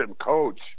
coach